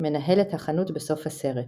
מנהל את החנות בסוף הסרט.